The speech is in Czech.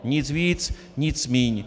Nic víc, nic míň.